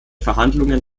verhandlungen